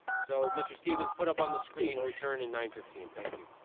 so mr. stevens put up on the screen return in nine fifteen. thank you.